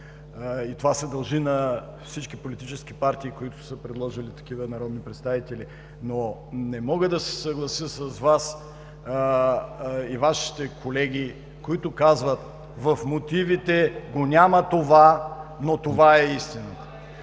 Това се дължи на всички политически партии, които са предложили такива народни представители. Но не мога да се съглася с Вас, и Вашите колеги, които казват: „В мотивите няма това, но това е истината“.